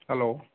hello